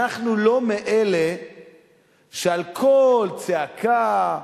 אנחנו לא מאלה שעל כל צעקה,